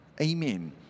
Amen